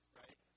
right